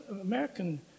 American